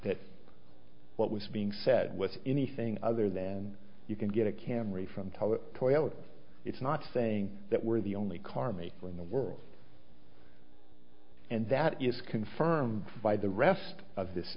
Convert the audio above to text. that what was being said with anything other than you can get a camera from top toilet it's not saying that we're the only carmi in the world and that is confirmed by the rest of this